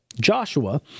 Joshua